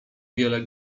wiele